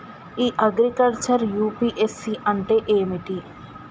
ఇ agriculture UPSC అంటే ఏమిటి?